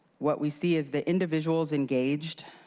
what we see is the individuals engaged,